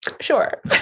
Sure